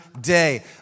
day